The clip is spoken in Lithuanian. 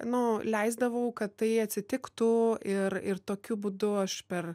nu leisdavau kad tai atsitiktų ir ir tokiu būdu aš per